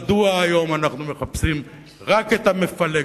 מדוע היום אנחנו מחפשים רק את המפלג,